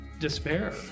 despair